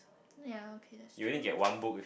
ya okay that's true